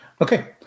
Okay